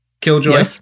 Killjoy